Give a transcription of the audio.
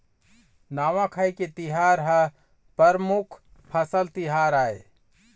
नवाखाई के तिहार ह परमुख फसल तिहार आय